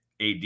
AD